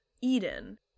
Eden